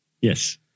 Yes